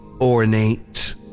ornate